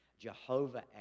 Jehovah